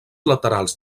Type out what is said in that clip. laterals